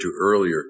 earlier